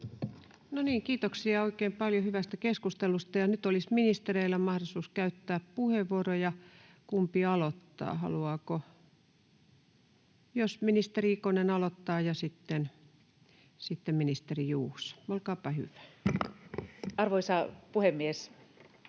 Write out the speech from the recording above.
kiitoksia oikein paljon hyvästä keskustelusta. Nyt olisi ministereillä mahdollisuus käyttää puheenvuoroja. Kumpi aloittaa? Jos ministeri Ikonen aloittaa, ja sitten ministeri Juuso. — Olkaapa hyvä. Arvoisa puhemies!